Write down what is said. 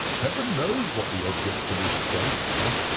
heaven knows what the objects of his studies are.